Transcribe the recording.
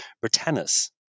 Britannus